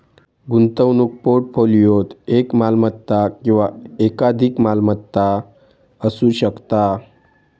गुंतवणूक पोर्टफोलिओत एक मालमत्ता किंवा एकाधिक मालमत्ता असू शकता